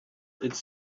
its